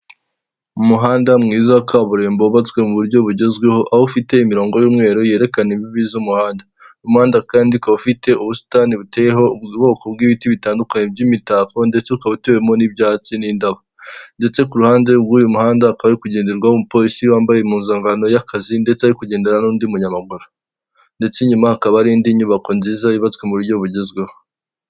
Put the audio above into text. Umuhanda mwiza wa kaburimbo wubatswe mu buryo bugezweho aho ufite imirongo y'umweru yerekana imbibi z'umuhanda. Umuhanda kandi ukaba ufite ubusitani buteyeho ubwoko bw'ibiti bitandukanye by'imitako ndetse ukaba utewemo n'ibyatsi n'indabo. Ndetse ku ruhande rw'uyu muhanda hakaba hari kugenderwamo umupolisi wambaye impuzankano y'akazi, ndetse ari kugendana n'undi munyamaguru. Ndetse inyuma hakaba hari indi nyubako nziza yubatswe mu buryo bugezweho.